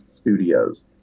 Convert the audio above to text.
Studios